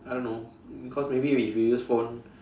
I don't know because maybe if we use phone